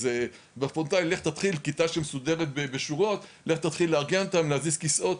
בפרונטלי לך תתחיל לסדר כיתה שמסודרת בשורות להזיז כיסאות,